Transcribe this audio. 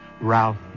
Ralph